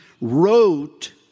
wrote